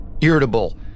irritable